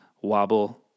wobble